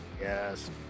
Yes